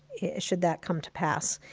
should that come to pass.